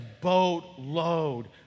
boatload